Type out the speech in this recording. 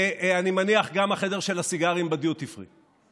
ואני מניח שגם החדר של הסיגרים בדיוטי פרי.